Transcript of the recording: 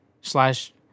slash